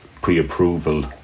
pre-approval